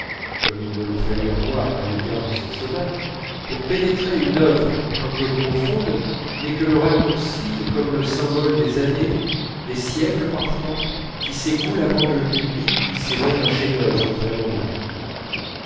comme il me le fallut à moi à l'égard de cette sonate pour pénétrer une œuvre un peu profonde n'est que le raccourci et comme le symbole des années des siècles parfois qui s'écoulent avant que le public puisse aimer un chef-d'œuvre vraiment nouveau